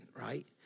right